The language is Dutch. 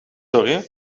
zorgen